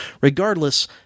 regardless